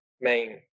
main